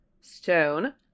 stone